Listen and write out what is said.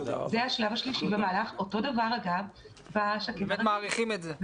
אותו דבר --- אנחנו באמת מעריכים את זה.